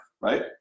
right